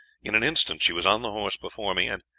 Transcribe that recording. in an instant she was on the horse before me, and,